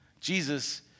Jesus